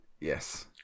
Yes